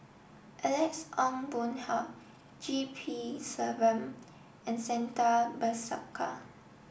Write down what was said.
Alex Ong Boon Hau G P Selvam and Santha Bhaskar